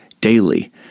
daily